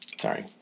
Sorry